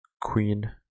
queen